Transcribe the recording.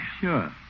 Sure